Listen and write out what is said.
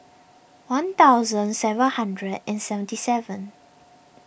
one thousand seven hundred and seventy seven